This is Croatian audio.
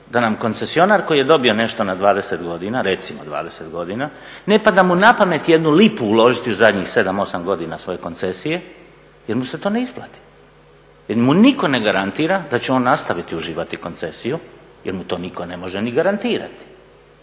da nam koncesionar koji je dobio nešto na 20 godina, recimo 20 godina, ne pada mu na pamet jednu lipu uložiti u zadnjih 7, 8 godina svoje koncesije jer mu se to ne isplati, jer mu nitko ne garantira da će on nastaviti uživati koncesiju, jer mu to nitko ne može ni garantirati.